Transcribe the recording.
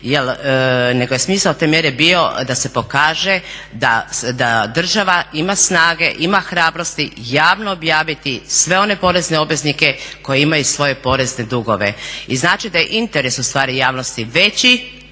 nego je smisao te mjere bio da se pokaže da država ima snage, ima hrabrosti javno objaviti sve one porezne obveznika koji imaju svoje porezne dugove. I znači da je interes ustvari javnosti veći